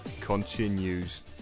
continues